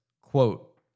Quote